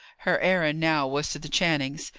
her errand now was to the channings.